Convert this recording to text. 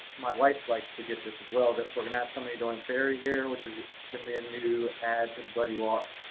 my wife likes to get this as well, that we're going to have somebody doing fairy here, which is going to be a new add to the buddy walk.